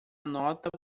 nota